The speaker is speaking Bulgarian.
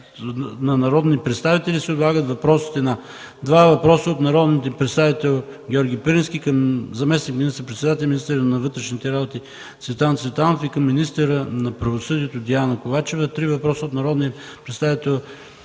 на народни представители се отлагат отговорите на: - два въпроса от народния представител Георги Пирински към заместник министър-председателят и министър на вътрешните работи Цветан Цветанов, и към министъра на правосъдието Диана Ковачева; - три въпроса от народния представител